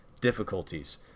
difficulties